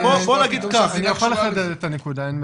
אני יכול לחדד את הנקודה.